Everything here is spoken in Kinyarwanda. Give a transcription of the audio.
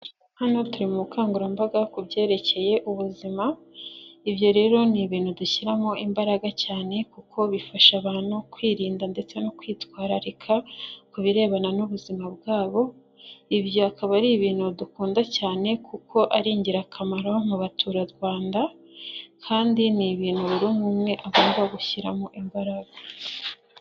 Hano turi mu bukangurambaga ku byerekeye ubuzima, ibyo rero ni ibintu dushyiramo imbaraga cyane kuko bifasha abantu kwirinda ndetse no kwitwararika, ku birebana n'ubuzima bwabo, ibyo akaba ari ibintu dukunda cyane kuko ari ingirakamaro mu baturarwanda kandi ni ibintu buri umwe umwe agomba gushyiramo imbaraga.